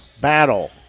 battle